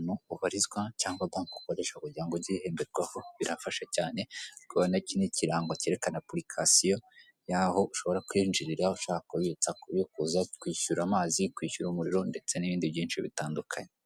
imodoka iri mu bwoko bwa yundayi, kandi iyi modoka ikaba ifite ibara rya giri, aha hari uturango tw'urukiramende twanditsemo amagambo yo mu cyongereza ako hejuru karimo amagambo ari m'ibara ry'umukara usigirije, akandi karimo amagambo ari mu ibara ry'umweru ariko ari mu gakiramende k'ubururu, biragaragara ko iyi modoka iri kwamamazwa iri k'isoko.